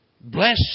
bless